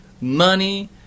money